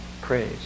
praise